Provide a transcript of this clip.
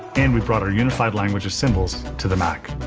and we brought our unified language of symbols to the mac,